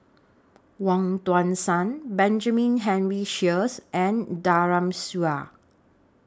Wong Tuang Seng Benjamin Henry Sheares and Daren Shiau